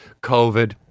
Covid